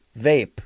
vape